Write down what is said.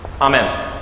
Amen